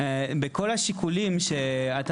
במרקם קהילתי מסוים.